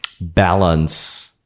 balance